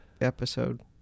episode